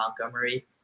Montgomery